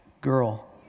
girl